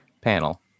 panel